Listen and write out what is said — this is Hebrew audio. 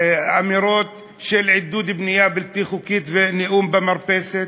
באמירות של עידוד בנייה בלתי חוקית ונאום במרפסת,